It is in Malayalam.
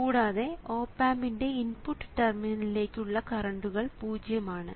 കൂടാതെ ഓപ് ആമ്പിന്റെ ഇൻപുട്ട് ടെർമിനലിലേക്കുള്ള കറണ്ടുകൾ പൂജ്യം ആണ്